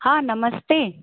हा नमस्ते